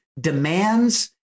demands